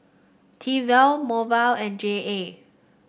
Tefal Hormel and J A